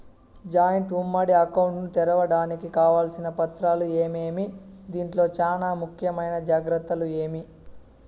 Joint ఉమ్మడి account ను తెరవడానికి కావాల్సిన పత్రాలు ఏమేమి? దీంట్లో చానా ముఖ్యమైన జాగ్రత్తలు ఏమి?